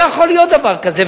לא יכול להיות דבר כזה.